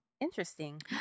Interesting